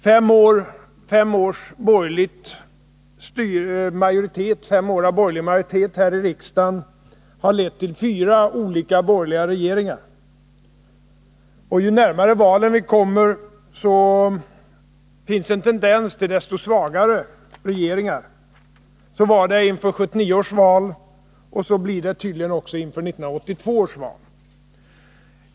Fem år av borgerlig majoritet här i riksdagen har lett till fyra olika borgerliga regeringar, och ju närmare valen vi kommer, desto svagare blir regeringarna — det är tendensen. Så var det inför 1979 års val, och så blir det tydligen också inför 1982 års val.